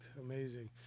amazing